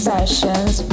Sessions